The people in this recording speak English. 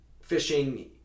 fishing